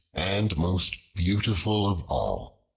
and most beautiful of all.